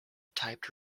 typed